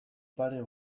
pare